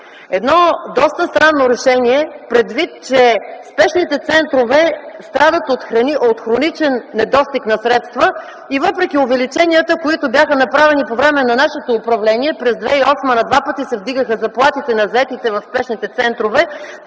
Едно доста странно решение предвид, че спешните центрове страдат от хроничен недостиг на средства. Въпреки увеличенията, направени по време на нашето управление (през 2008 г. два пъти се вдигаха заплатите на заетите в спешните центрове),